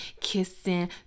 kissing